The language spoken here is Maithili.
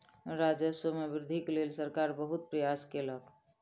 राजस्व मे वृद्धिक लेल सरकार बहुत प्रयास केलक